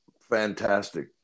fantastic